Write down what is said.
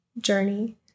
journey